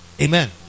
Amen